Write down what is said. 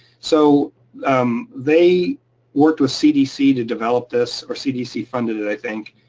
so they worked with cdc to develop this, or cdc funded it i think,